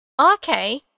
Okay